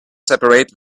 separate